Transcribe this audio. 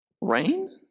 rain